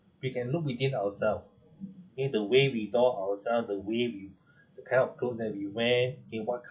we can look within ourselves okay the way we doll ourselves the way we the kind of clothes that we wear okay what co~